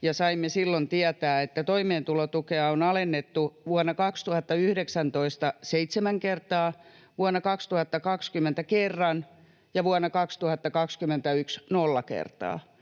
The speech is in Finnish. saimme silloin tietää, että toimeentulotukea on alennettu vuonna 2019 seitsemän kertaa, vuonna 2020 kerran ja vuonna 2021 nolla kertaa.